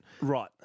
Right